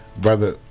Brother